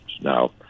Now